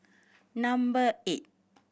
number eight